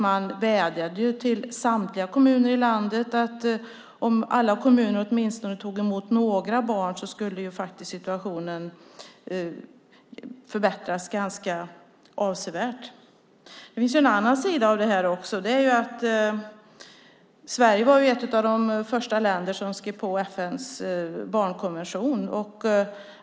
Man vädjade till samtliga kommuner i landet att åtminstone ta emot några barn. Då skulle situationen förbättras avsevärt. Det finns en annan sida av detta. Sverige var ett av de första länder som skrev på FN:s barnkonvention.